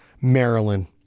Maryland